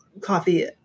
coffee